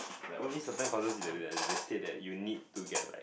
like only certain courses they they they they state that you need to get like